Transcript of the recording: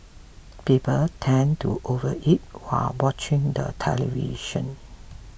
people tend to overeat while watching the television